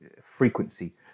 frequency